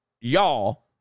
y'all